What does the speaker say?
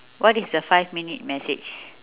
what is the five minute message